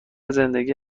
زندگی